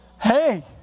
Hey